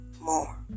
more